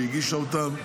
שהגישה אותן,